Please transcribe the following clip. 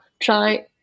try